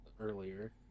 earlier